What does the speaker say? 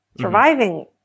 Surviving